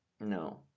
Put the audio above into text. No